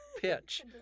pitch